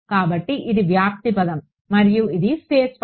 కాబట్టి ఇది వ్యాప్తి పదం మరియు ఇది ఫేస్ పదం